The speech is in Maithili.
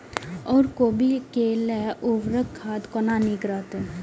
ओर कोबी के लेल उर्वरक खाद कोन नीक रहैत?